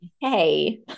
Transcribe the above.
Hey